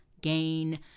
gain